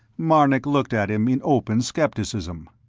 marnik looked at him in open skepticism.